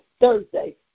Thursday